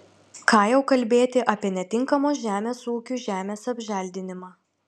ką jau kalbėti apie netinkamos žemės ūkiui žemės apželdinimą